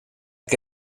que